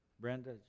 Brenda